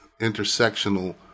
intersectional